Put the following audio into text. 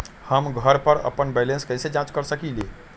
हम घर पर अपन बैलेंस कैसे जाँच कर सकेली?